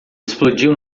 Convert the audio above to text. explodiu